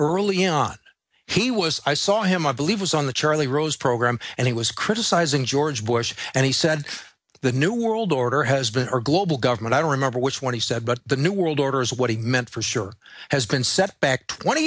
early on he was i saw him i believe was on the charlie rose program and he was criticizing george bush and he said the new world order has been our global government i don't remember which one he said but the new world order is what he meant for sure has been set back twenty